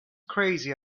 crazy